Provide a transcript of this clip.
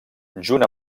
junt